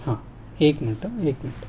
हां एक मिनट हां एक मिनट